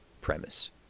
premise